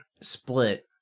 Split